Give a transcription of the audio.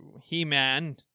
He-Man